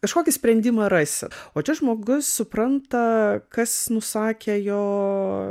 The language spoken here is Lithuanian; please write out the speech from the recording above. kažkokį sprendimą rasi o čia žmogus supranta kas nusakė jo